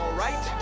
right.